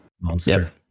Monster